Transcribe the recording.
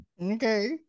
Okay